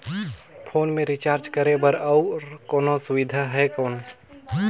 Phone मे recharge करे बर और कोनो सुविधा है कौन?